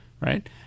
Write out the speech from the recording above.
right